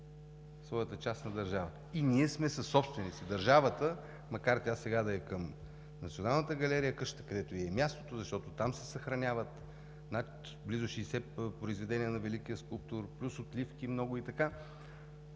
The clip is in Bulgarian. своята част на държавата и ние сме съсобственици – държавата. Макар къщата сега да е към Националната галерия, където ѝ е мястото, защото там се съхраняват над близо 60 произведения на великия скулптор, плюс много отливки,